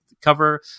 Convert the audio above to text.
cover